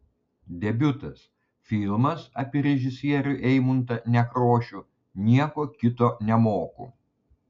debiutas filmas apie režisierių eimuntą nekrošių nieko kito nemoku